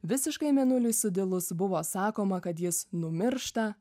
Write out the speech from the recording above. visiškai mėnuliui sudilus buvo sakoma kad jis numiršta